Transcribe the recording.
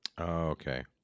Okay